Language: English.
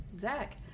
Zach